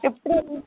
எப்படி